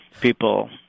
people